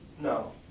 No